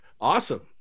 Awesome